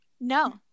no